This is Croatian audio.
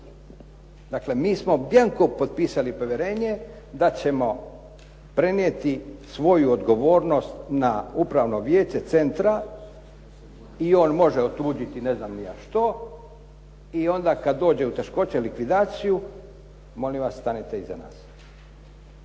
Dakle, mi smo bianco potpisali povjerenje da ćemo prenijeti svoju odgovornost na upravno vijeće centra i on može otuđiti ne znam ni ja što, i onda kada dođe u teškoće, likvidaciju, molim vas stanite iza nas.